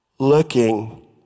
Looking